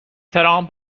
ترامپ